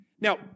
Now